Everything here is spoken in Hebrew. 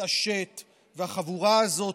תתעשת והחבורה הזאת,